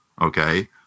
okay